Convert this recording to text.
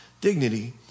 dignity